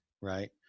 right